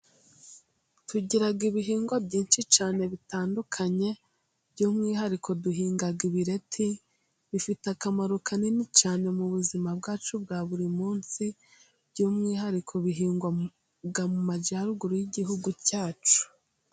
Tugira ibihingwa byinshi cyane bitandukanye, by'umwihariko duhinga ibireti, bifite akamaro kanini cyane mu buzima bwacu bwa buri munsi, by'umwihariko bihingwa mu majyaruguru y'igihugu cyacu.